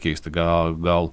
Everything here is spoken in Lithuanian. keisti gal gal